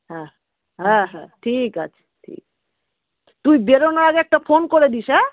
হ্যাঁ হ্যাঁ হ্যাঁ ঠিক আছে ঠিক তুই বেরোনোর আগে একটা ফোন করে দিস হ্যাঁ